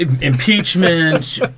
Impeachment